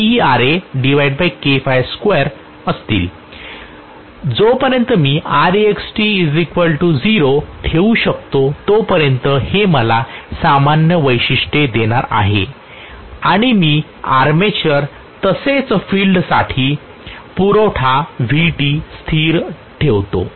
जोपर्यंत मी Rext 0 ठेवू शकतो तोपर्यंत हे मला समान वैशिष्ट्ये देणार आहे आणि मी आर्मेचर तसेच फील्डसाठी वीज पुरवठा Vt स्थिर म्हणून ठेवतो